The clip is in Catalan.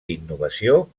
innovació